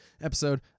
episode